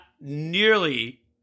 nearly